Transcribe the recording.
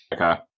Okay